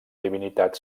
divinitat